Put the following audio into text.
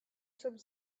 some